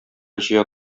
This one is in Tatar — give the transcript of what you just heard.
җыя